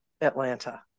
Atlanta